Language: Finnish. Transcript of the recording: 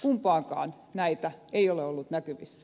kumpaakaan näistä ei ole ollut näkyvissä